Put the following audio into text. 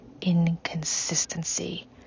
inconsistency